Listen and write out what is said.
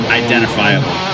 identifiable